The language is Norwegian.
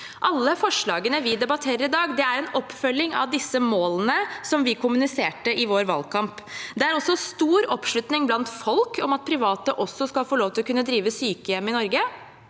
Alle forslagene vi debatterer i dag, er en oppfølging av de målene som vi kommuniserte i vår valgkamp. Det er også stor oppslutning blant folk om at private skal få lov til å kunne drive sykehjem i Norge.